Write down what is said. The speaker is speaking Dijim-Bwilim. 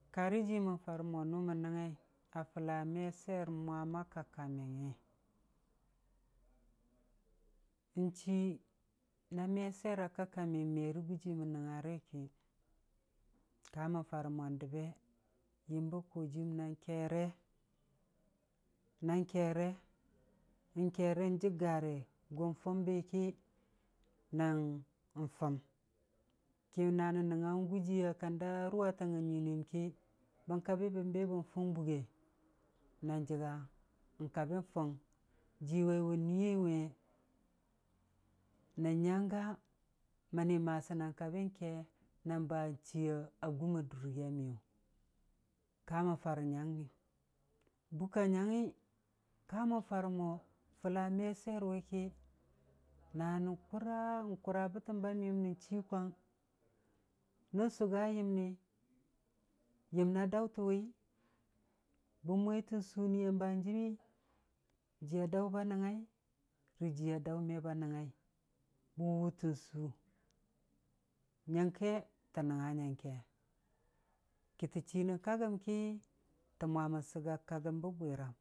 Karə jii mən farə mo mən nəngngai a fəlla me swiyer mwam a kakka miyangngi, n'chii na me swiyer a kakka miyang me rə gujii mən nəngnga rə ki, kamən farə mo dəbbe yəmba koʊjiiyuwʊm na keere, na keere n'kerən jəggare, gʊn fʊmbi ki nan fʊm, ki na nən nənguga wʊ nən gʊji a kanda rʊwatang a njiinii yan ki, ban kabi ban be ban fʊng bugge na jəga, n'kabi fʊng jii wai wʊn niiyei we nən nyang ga, məni masi na kabi ke na ba chiiya gʊmma duriiya miyʊ, kamən farə nyangngi, Bukka nyangngi, kamən farə mo fəlla me swiyer wi ki, na nən kʊra, n'kʊra bətəm ba miyəm nən chii Kwang, nən sʊga yəmni, yəmna dʊutən wi, bən mwetən suuniya hanjie wi, jiiya daʊ ba nəngngai, rə jiiya daʊ me banəngngai, bən wʊtən suu, nyəngke, tə nəngnga nyəngke ki, tə chii nən ka gəm ki, tə mwamən sək a kagəm bə bwiram